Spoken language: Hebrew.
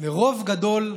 לרוב גדול,